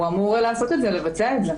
הוא אמור לבצע את זה.